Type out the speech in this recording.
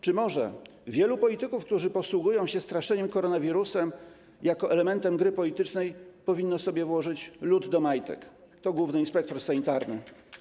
Czy może: Wielu polityków, którzy posługują się straszeniem koronawirusem jako elementem gry politycznej, powinno sobie włożyć lód do majtek - to główny inspektor sanitarny.